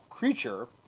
Creature